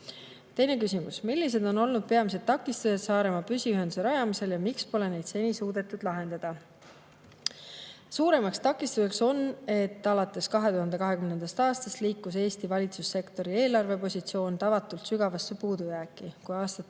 küsimus: "Millised on olnud peamised takistused Saaremaa püsiühenduse rajamisel ja miks pole neid seni suudetud lahendada?" Suurimaks takistuseks on, et alates 2020. aastast liikus Eesti valitsussektori eelarvepositsioon tavatult sügavasse puudujääki. Kui aastatel